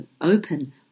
open